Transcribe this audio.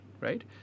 right